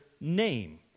name